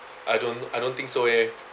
I don't I don't think so eh